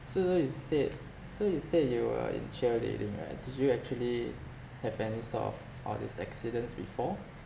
so so you s~ said so you said you were in cheerleading right did you actually have any sort of all these accidents before